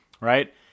right